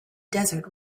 desert